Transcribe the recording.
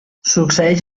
succeeix